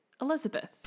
Elizabeth